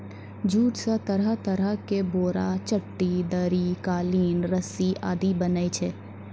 jute स तरह तरह के बोरा, चट्टी, दरी, कालीन, रस्सी आदि बनै छै